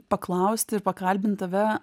paklausti ir pakalbint tave